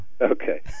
Okay